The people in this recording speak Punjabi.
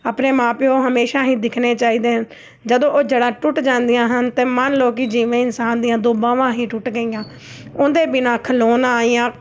ਆਪਣੇ ਮਾਂ ਪਿਓ ਹਮੇਸ਼ਾ ਹੀ ਦਿਖਣੇ ਚਾਹੀਦੇ ਹਨ ਜਦੋਂ ਉਹ ਜੜ੍ਹਾ ਟੁੱਟ ਜਾਂਦੀਆਂ ਹਨ ਅਤੇ ਮਨ ਲਓ ਕਿ ਜਿਵੇਂ ਇਨਸਾਨ ਦੀਆਂ ਦੋ ਬਾਹਾਂ ਹੀ ਟੁੱਟ ਗਈਆਂ ਉਹਨਾਂ ਬਿਨਾ ਖਲੋਣਾ ਜਾਂ